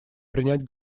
принять